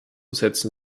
setzen